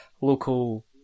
local